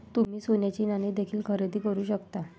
तुम्ही सोन्याची नाणी देखील खरेदी करू शकता